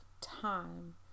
time